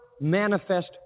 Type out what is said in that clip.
manifest